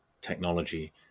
technology